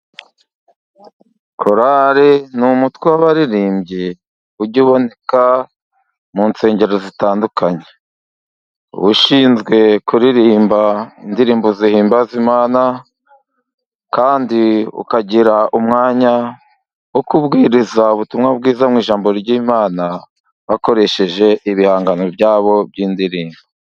Korale n'umutwe w'abaririmbyi, ujya uboneka mu nsengero zitandukanye, ushinzwe kuririmba indirimbo zihimbaza imana, kandi ukagira umwanya wo kubwiriza ubutumwa bwiza, mu ijambo ry'imana bakoresheje ibihangano byabo by'indirimbo.